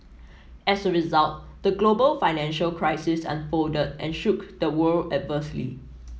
as a result the global financial crisis unfolded and shook the world adversely